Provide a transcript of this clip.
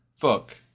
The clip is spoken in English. Book